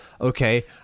Okay